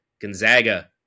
Gonzaga